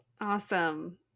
Awesome